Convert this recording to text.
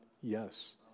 Yes